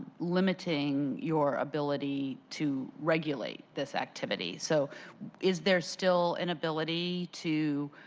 limiting your ability to regulate this activity. so is there still an ability to